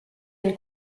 une